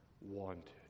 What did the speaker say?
wanted